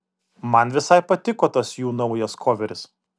man visai patiko tas jų naujas koveris